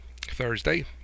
Thursday